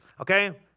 okay